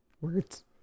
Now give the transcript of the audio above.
Words